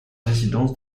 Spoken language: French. résidence